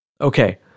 Okay